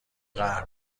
قهر